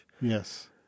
Yes